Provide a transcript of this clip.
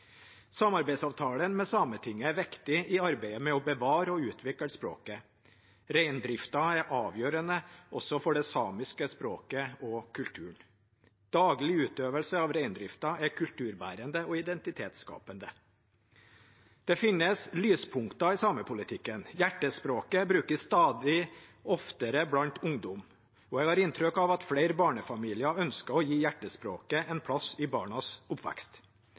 Samarbeidsavtalen med Sametinget er viktig i arbeidet med å bevare og utvikle språket. Reindriften er avgjørende også for det samiske språket og kulturen. Daglig utøvelse av reindriften er kulturbærende og identitetsskapende. Det finnes lyspunkter i samepolitikken. Hjertespråket brukes stadig oftere blant ungdom, og jeg har inntrykk av at flere barnefamilier ønsker å gi hjertespråket en plass i barnas oppvekst.